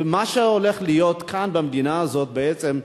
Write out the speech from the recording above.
ומה שהולך להיות כאן במדינה הזאת בעצם,